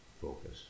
focus